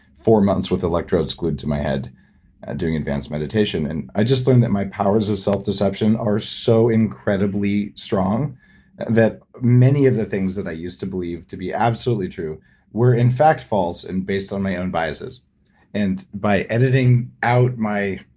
four months with electrodes glued to my head and doing advanced meditation. and i just learned that my powers of self-deception are so incredibly strong that many of the things that i used to believe to be absolutely true were in fact false and based on my own biases and by editing out my.